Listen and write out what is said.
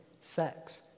sex